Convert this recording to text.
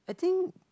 I think